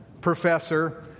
professor